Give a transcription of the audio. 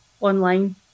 online